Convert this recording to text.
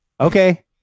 Okay